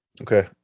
okay